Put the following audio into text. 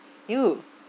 !eww!